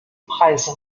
preise